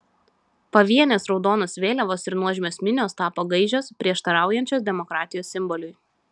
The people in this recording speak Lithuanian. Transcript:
pavienės raudonos vėliavos ir nuožmios minios tapo gaižios prieštaraujančios demokratijos simboliui